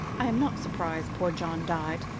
i am not surprised poor john died,